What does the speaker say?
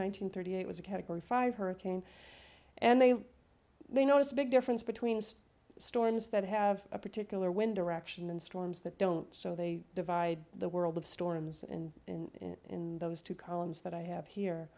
hundred thirty eight was a category five hurricane and they they know it's a big difference between storms that have a particular wind direction and storms that don't so they divide the world of storms and in those two columns that i have here